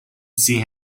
see